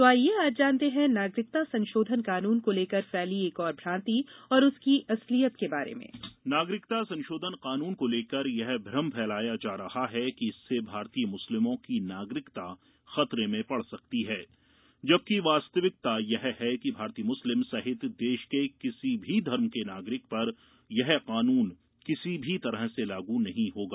तो आईये आज जानते हैं नागरिकता संशोधन कानून को लेकर फैली एक और भ्रान्ति और उसकी असलियत के बारे में नागरिकता संशोधन कानून को लेकर यह भ्रम फैलाया जा रहा है कि इससे भारतीय मुस्लिमों की नागरिकता खतरे में पड़ सकती है जबकि वास्तविकता यह है कि भारतीय मुस्लिम सहित देश के किसी भी धर्म के नागरिक पर यह कानून किसी भी तरह से लागू नहीं होगा